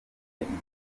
imfubyi